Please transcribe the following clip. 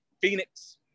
Phoenix